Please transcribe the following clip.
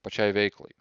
pačiai veiklai